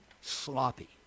sloppy